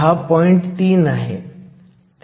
3 आहे